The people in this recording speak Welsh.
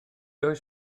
oes